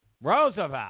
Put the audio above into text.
Roosevelt